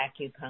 acupuncture